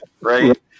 right